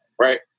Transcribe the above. right